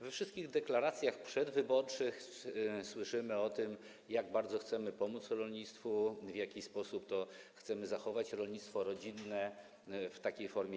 We wszystkich deklaracjach przedwyborczych słyszeliśmy o tym, jak bardzo chcemy pomóc rolnictwu, w jaki sposób chcemy zachować rolnictwo rodzinne w obecnej formie.